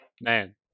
Man